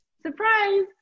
surprise